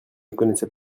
connaissaient